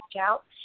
out